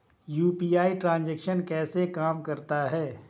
UPI transaction कैसे काम करता है?